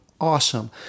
awesome